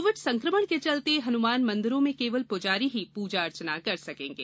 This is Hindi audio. कोविड संक्रमण के चलते हनुमान मंदिरों में केवल पुजारी ही पूजा अर्चना कर सकेंगे